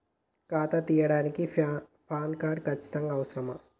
ఖాతా తీయడానికి PAN card ఖచ్చితంగా అవసరమా?